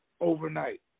overnight